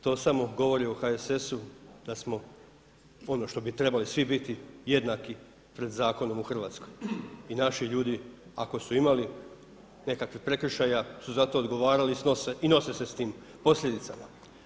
To samo govori o HSS-u da smo ono što bi trebali svi biti jednaki pred zakonom u Hrvatskoj i naši ljudi ako su imali nekakvih prekršaja su za to odgovarali i nose se s tim posljedicama.